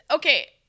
Okay